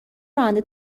راننده